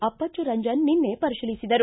ಅಪ್ಪಚ್ಚು ರಂಜನ್ ನಿನ್ನೆ ಪರಿಶೀಲಿಸಿದರು